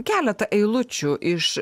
keletą eilučių iš